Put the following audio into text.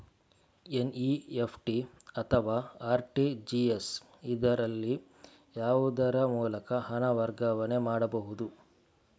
NEFT ಅಥವಾ RTGS, ಇದರಲ್ಲಿ ಯಾವುದರ ಮೂಲಕ ಹಣ ವರ್ಗಾವಣೆ ಮಾಡಬಹುದು?